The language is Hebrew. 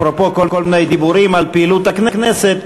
אפרופו כל מיני דיבורים על פעילות הכנסת,